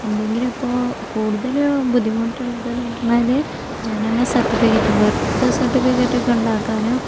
എന്തെങ്കിലുമിപ്പോൾ കൂടുതലും ബുദ്ധിമുട്ടുള്ളതെന്ന് പറഞ്ഞാൽ ജനന സർട്ടിഫിക്കറ്റ് ബർത്ത് സർട്ടിഫിക്കറ്റൊക്കെ ഉണ്ടാക്കാനോ